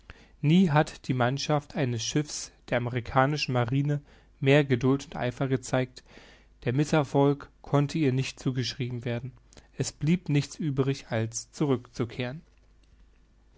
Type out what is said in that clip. nie hat die mannschaft eines schiffes der amerikanischen marine mehr geduld und eifer gezeigt der mißerfolg konnte ihr nicht zugeschrieben werden es blieb nichts übrig als zurückzukehren